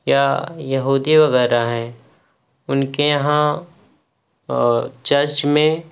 یا یہودی وغیرہ ہیں ان کے یہاں چرچ میں